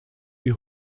die